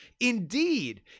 indeed